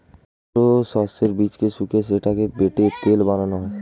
ছোট সর্ষের বীজকে শুকিয়ে সেটাকে বেটে তেল বানানো হয়